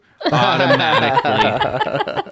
automatically